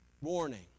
warning